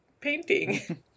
painting